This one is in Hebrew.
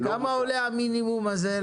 כמה עולה לעשות את המינימום הזה?